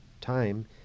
time